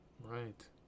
Right